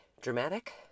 dramatic